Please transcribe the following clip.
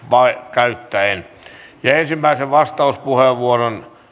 käyttäen ensimmäisen vastauspuheenvuoron